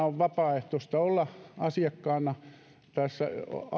on vapaaehtoista olla asiakkaana tässä